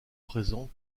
présent